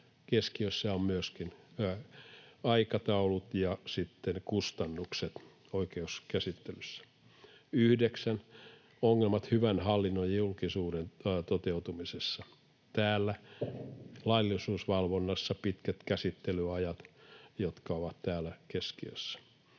keskiössä on myöskin aikataulut ja sitten kustannukset oikeuskäsittelyssä. 9) Ongelmat hyvän hallinnon ja julkisuuden toteutumisessa. Täällä laillisuusvalvonnassa pitkät käsittelyajat ovat täällä keskiössä.